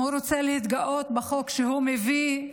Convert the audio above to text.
אם הוא רוצה להתגאות בחוק שהוא מביא,